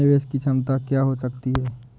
निवेश की क्षमता क्या हो सकती है?